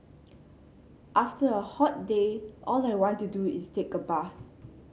after a hot day all I want to do is take a bath